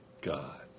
God